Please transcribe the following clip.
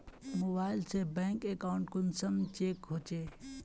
Mobile से bank account कुंसम check होचे?